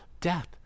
death